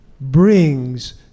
brings